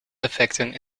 effecten